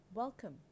Welcome